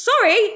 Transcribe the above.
Sorry